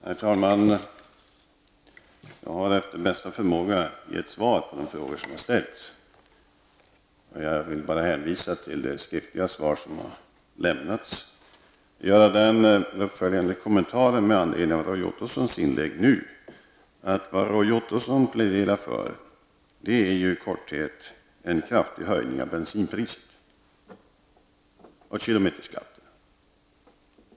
Herr talman! Jag har efter bästa förmåga gett svar på de frågor som har ställts och vill hänvisa till det skriftliga svar som har lämnats. Roy Ottossons inlägg. Vad Roy Ottosson pläderar för är i korthet en kraftig höjning av bensinpriset och kilometerskatten.